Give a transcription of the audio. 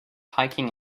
hiking